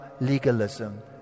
legalism